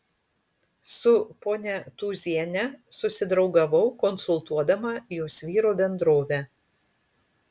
su ponia tūziene susidraugavau konsultuodama jos vyro bendrovę